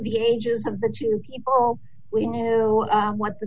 the ages of the two people we knew what the